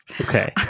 Okay